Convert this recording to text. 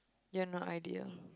you're not ideal